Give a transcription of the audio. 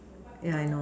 yeah I know